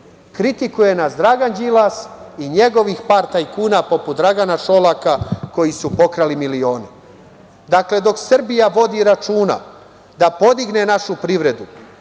Kritikuje nas Dragan Đilas i njegovih par tajkuna, poput Dragana Šolaka, koji su pokrali milione. Dok Srbija vodi računa da podigne našu privredu,